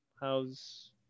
how's